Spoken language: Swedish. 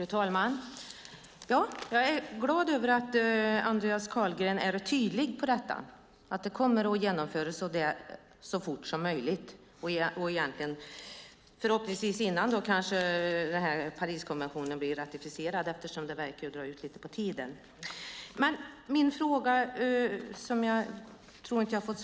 Fru talman! Jag är glad över att Andreas Carlgren är tydlig om att det här kommer att genomföras så fort som möjligt, förhoppningsvis innan Pariskonventionen ratificeras. Det verkar dra ut på tiden.